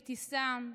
אבתיסאם,